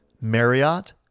Marriott